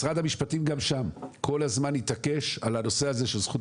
משרד המשפטים גם שם כל הזמן התעקש על הנושא הזה של זכות